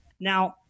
Now